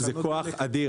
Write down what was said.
זה כוח אדיר.